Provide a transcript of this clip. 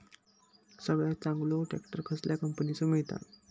सगळ्यात चांगलो ट्रॅक्टर कसल्या कंपनीचो मिळता?